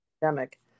pandemic